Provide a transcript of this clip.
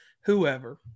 whoever